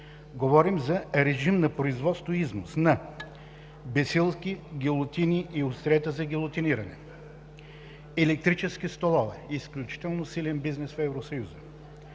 Говорим за режим на производство и износ на бесилки, гилотини и остриета за гилотиниране, електрически столове – изключително силен бизнес в Евросъюза,